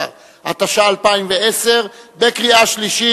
13), התשע"א 2010, בקריאה שלישית.